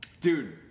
Dude